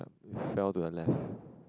(pbpb) fell to the left